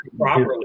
properly